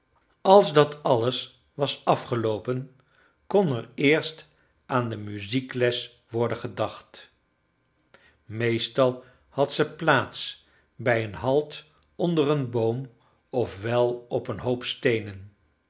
als dat alles was afgeloopen kon er eerst aan de muziekles worden gedacht meestal had ze plaats bij een halt onder een boom of wel op een hoop steenen